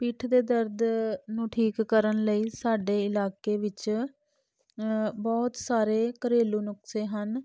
ਪਿੱਠ ਦੇ ਦਰਦ ਨੂੰ ਠੀਕ ਕਰਨ ਲਈ ਸਾਡੇ ਇਲਾਕੇ ਵਿੱਚ ਬਹੁਤ ਸਾਰੇ ਘਰੇਲੂ ਨੁਸਖੇ ਹਨ